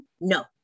No